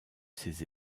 ces